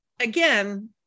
again